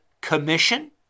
Commission